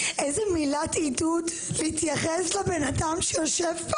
איזו מילת עידוד להתייחס לבן אדם שיושב,